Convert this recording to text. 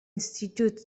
institute